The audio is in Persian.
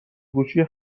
گوشی